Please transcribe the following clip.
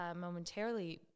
momentarily